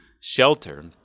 shelter